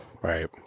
Right